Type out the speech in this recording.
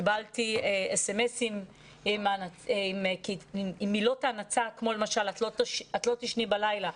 קיבלתי SMS עם מילות נאצה כמו למשל את לא תישני בלילה,